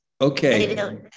Okay